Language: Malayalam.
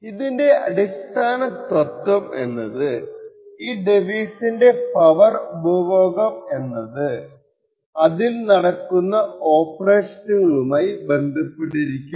ഇതിലെ അടിസ്ഥാന തത്വം എന്നത് ഒരു ഡിവൈസിന്റെ പൂവെർ ഉപഭോഗം എന്നത് അതിൽ നടക്കുന്ന ഒപ്പേറഷനുകളുമായി ബന്ധപ്പെട്ടിരിക്കും